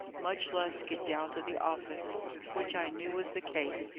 much less get down to the office which i knew was the case,